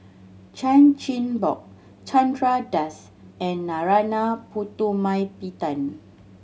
Chan Chin Bock Chandra Das and Narana Putumaippittan